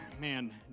man